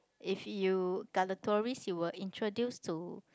if you got the tourist you will introduce to